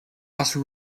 also